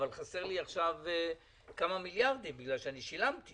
אבל חסרים לי עכשיו כמה מיליארדים בגלל ששילמתי.